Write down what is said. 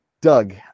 Doug